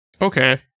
Okay